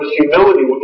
humility